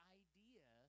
idea